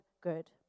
good